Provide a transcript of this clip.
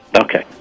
Okay